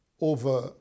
over